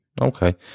Okay